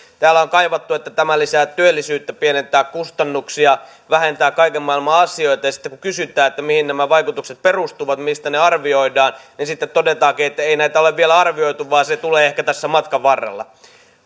täällä on kaivattu että tämä lisää työllisyyttä pienentää kustannuksia vähentää kaiken maailman asioita mutta sitten kun kysytään mihin nämä vaikutukset perustuvat mistä ne arvioidaan niin sitten todetaankin että ei näitä ole vielä arvioitu vaan se tulee ehkä tässä matkan varrella